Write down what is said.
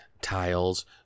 tiles